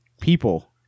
people